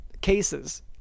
cases